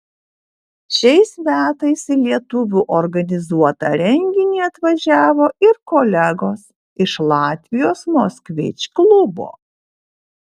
šiais metais į lietuvių organizuotą renginį atvažiavo ir kolegos iš latvijos moskvič klubo